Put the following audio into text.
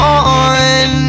on